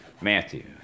Matthew